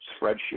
spreadsheet